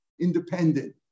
independent